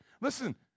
Listen